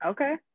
Okay